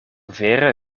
vere